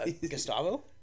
Gustavo